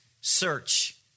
search